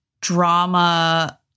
drama